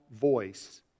voice